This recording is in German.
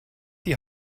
die